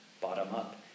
bottom-up